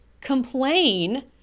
complain